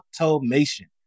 automation